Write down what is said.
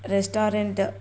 restaurant